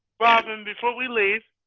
robin, before we leave,